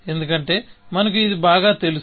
ఎందుకంటే మనకు ఇది బాగా తెలుసు